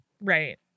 Right